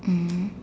mm